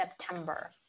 September